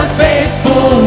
faithful